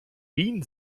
wien